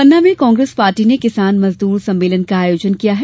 पन्ना में कांग्रेस पार्टी में किसान मजदूर सम्मेलन का आयोजन किया है